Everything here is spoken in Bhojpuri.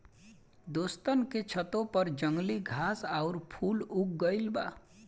दोस्तन के छतों पर जंगली घास आउर फूल उग गइल बा